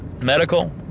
medical